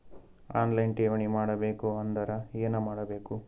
On line ಠೇವಣಿ ಮಾಡಬೇಕು ಅಂದರ ಏನ ಮಾಡಬೇಕು?